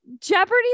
Jeopardy